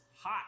hot